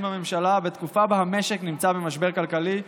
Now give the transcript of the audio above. בממשלה בתקופה בה המשק נמצא במשבר כלכלי,